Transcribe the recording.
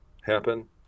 happen